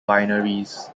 binaries